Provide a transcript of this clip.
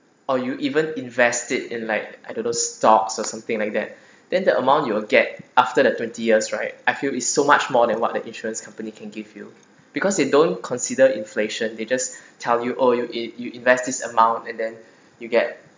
or you even invested in like I don't know stocks or something like that then the amount you'll get after the twenty years right I feel is so much more than what the insurance company can give you because you don't consider inflation they just tell you oh you if you invest this amount and then you get